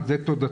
ועל זה תודתנו.